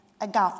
agape